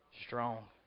Strong